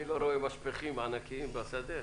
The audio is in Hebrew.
אני לא רואה משפכים ענקיים בשדה.